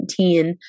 2017